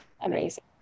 amazing